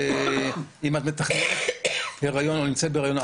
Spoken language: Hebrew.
אם אישה מתכננת היריון או נמצאת בהיריון,